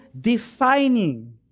defining